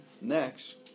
next